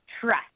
Trust